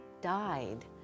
died